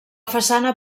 façana